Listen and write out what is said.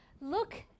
Look